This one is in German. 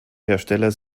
hersteller